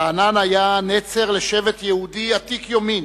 רענן היה נצר לשבט יהודי עתיק יומין,